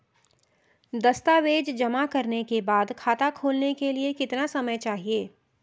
दस्तावेज़ जमा करने के बाद खाता खोलने के लिए कितना समय चाहिए?